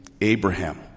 Abraham